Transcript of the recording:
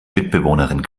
mitbewohnerin